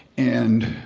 and,